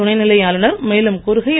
துணைநிலை ஆளுனர் மேலும் கூறுகையில்